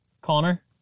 Connor